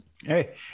Hey